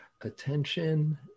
attention